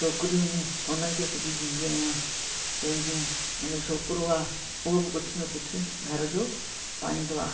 छोकिरियूं आहिनि उन्हनि खे सिबी ॾींदी आहियां पंहिंजो मुंहिंजो छोकिरो आहे उहो बि कुझु न कुझु घर जो पाईंदो आहे